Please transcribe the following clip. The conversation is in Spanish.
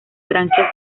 branquias